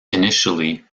initially